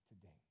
today